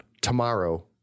tomorrow